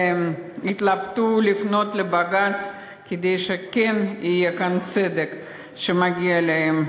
התלבטו אם לפנות לבג"ץ כדי שיהיה כאן הצדק שמגיע להם,